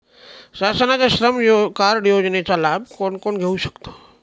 शासनाच्या श्रम कार्ड योजनेचा लाभ कोण कोण घेऊ शकतो?